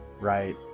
right